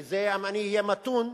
כי אם אני אהיה מתון,